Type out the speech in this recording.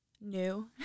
new